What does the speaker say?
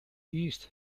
east